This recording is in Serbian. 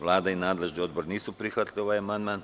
Vlada i nadležni odbore nisu prihvatili amandman.